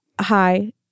hi